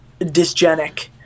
dysgenic